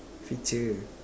feature